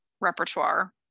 repertoire